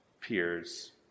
peers